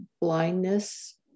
blindness